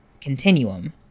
Continuum